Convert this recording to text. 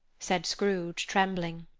said scrooge, trembling.